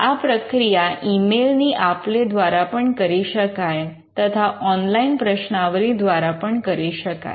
આ પ્રક્રિયા email ની આપ લે દ્વારા પણ કરી શકાય તથા ઓનલાઇન પ્રશ્નાવલી દ્વારા પણ કરી શકાય